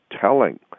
telling